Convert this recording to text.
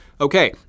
Okay